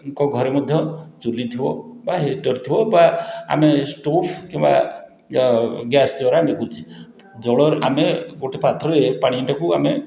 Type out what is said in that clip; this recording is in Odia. ଙ୍କ ଘରେ ମଧ୍ୟ ଚୁଲିଥିବ ବା ହିଟର୍ ଥିବ ବା ଆମେ ଷ୍ଟୋଭ୍ କିମ୍ବା ଗ୍ୟାସ୍ ଦ୍ୱାରା ନିକୁଛି ଜଳରୁ ଆମେ ଗୋଟେ ପାତ୍ରରେ ପାଣିଟାକୁ ଆମେ